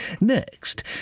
Next